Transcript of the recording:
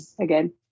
again